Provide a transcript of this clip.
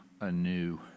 anew